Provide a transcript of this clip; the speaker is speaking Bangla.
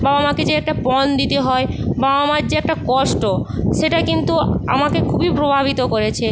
বাবা মাকে যে একটা পণ দিতে হয় বাবা মার যে একটা কষ্ট সেটা কিন্তু আমাকে খুবই প্রভাবিত করেছে